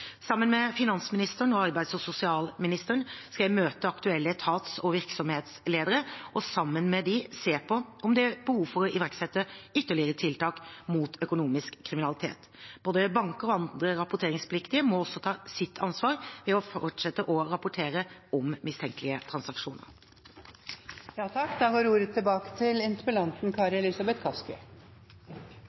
Sammen med finansministeren og arbeids- og sosialministeren skal jeg møte aktuelle etats- og virksomhetsledere og sammen med dem se på om det er behov for å iverksette ytterligere tiltak mot økonomisk kriminalitet. Både banker og andre rapporteringspliktige må også ta sitt ansvar ved å fortsette å rapportere om mistenkelige transaksjoner.